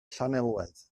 llanelwedd